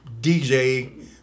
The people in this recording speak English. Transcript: DJ